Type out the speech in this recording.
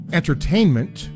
entertainment